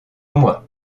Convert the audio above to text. moi